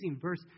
verse